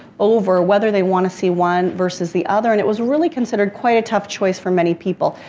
over whether they want to see one versus the other and it was really considered quite a tough choice for many people.